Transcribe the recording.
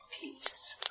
peace